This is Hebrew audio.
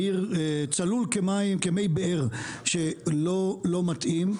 צלול כמי באר שלא מתאים,